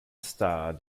star